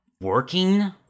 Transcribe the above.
working